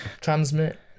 Transmit